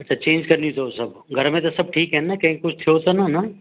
अच्छा चेंज करणियूं अथव सभु घर में त सभु ठीक आहिनि न कंहिंखे कुझु थियो त न न